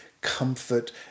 comfort